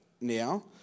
now